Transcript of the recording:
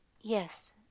Yes